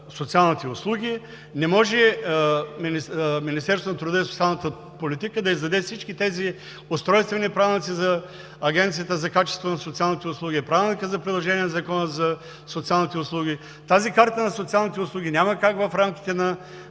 социалните услуги, не може Министерството на труда и социалната политика да издаде всички тези устройствени правилници за Агенцията, за качеството на социалните услуги, Правилника за приложение на Закона за социалните услуги. Тази карта на социалните услуги няма как в рамките на…,